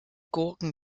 gurken